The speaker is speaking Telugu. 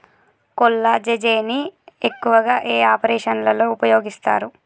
కొల్లాజెజేని ను ఎక్కువగా ఏ ఆపరేషన్లలో ఉపయోగిస్తారు?